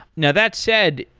now that said,